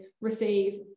receive